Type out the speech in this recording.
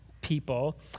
people